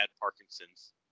Parkinson's